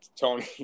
Tony